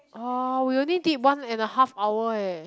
orh we only did one and a half hour eh